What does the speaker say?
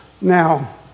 Now